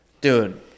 dude